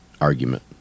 argument